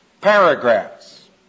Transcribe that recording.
paragraphs